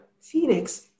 Phoenix